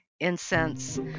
incense